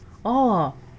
oh